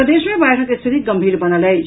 प्रदेश मे बाढ़िक स्थिति गंभीर बनल अछि